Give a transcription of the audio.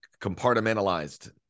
compartmentalized